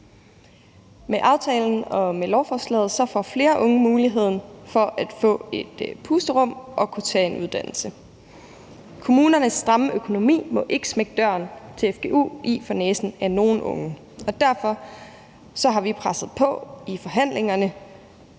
Med aftalen og med lovforslaget får flere unge mulighed for at få et pusterum og kunne tage en uddannelse. Kommunernes stramme økonomi må ikke smække døren til fgu i for næsen af nogen unge. Derfor har vi presset på i forhandlingerne,